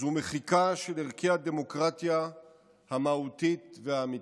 זו מחיקה של ערכי הדמוקרטיה המהותית והאמיתית.